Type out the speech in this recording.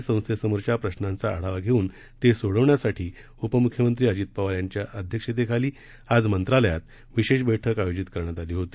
संस्थेसमोरील प्रश्रांचा आढावा घेऊन ते सोडवण्यासाठी उपमुख्यमंत्री अजित पवार यांच्या अध्यक्षतेखाली आज मंत्रालयात विशेष बैठक आयोजित करण्यात आली होती